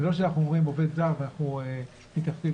זה לא שאנחנו אומרים עובד זר ואנחנו מתייחסים,